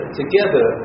together